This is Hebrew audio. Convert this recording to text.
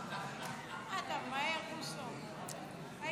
לסעיף 40 בדבר